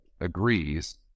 agrees